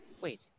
Wait